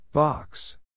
Box